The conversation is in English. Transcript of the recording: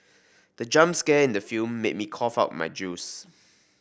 the jump scare in the film made me cough out my juice